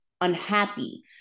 unhappy